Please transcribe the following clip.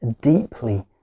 deeply